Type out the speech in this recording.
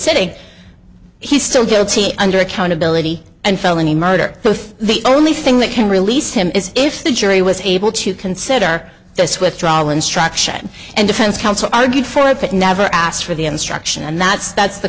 sitting he's still guilty under accountability and felony murder both the only thing that can release him is if the jury was able to consider this withdrawal instruction and defense counsel argued for it but never asked for the instruction and that's that's the